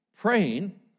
praying